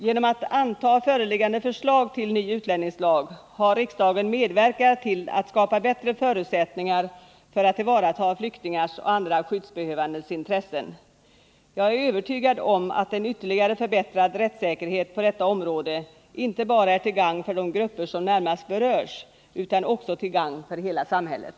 Genom att anta föreliggande förslag till ny utlänningslag har riksdagen medverkat till att skapa bättre förutsättningar för att tillvarata flyktingars och andra skyddsbehövandes intressen. Jag är övertygad om att en ytterligare förbättrad rättssäkerhet på detta område är till gagn inte bara för de grupper som närmast berörs utan för hela samhället.